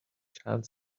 چند